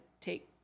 take